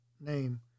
name